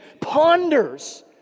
ponders